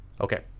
Okay